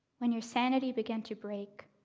when your sanity began to break,